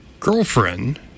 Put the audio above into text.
girlfriend